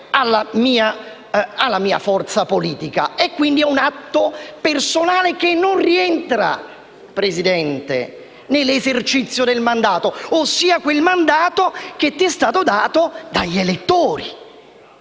alla mia forza politica e, quindi, è un atto personale che non rientra nell'esercizio del mandato, ossia di quel mandato che è stato dato dagli elettori.